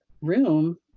room